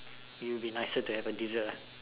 it'll be nicer to have a dessert